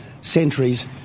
centuries